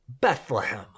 Bethlehem